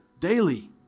daily